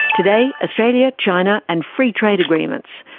today, australia, china and free trade agreements.